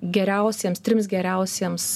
geriausiems trims geriausiems